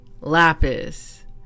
lapis